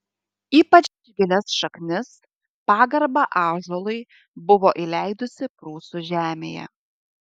ypač gilias šaknis pagarba ąžuolui buvo įleidusi prūsų žemėje